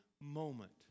moment